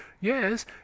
Yes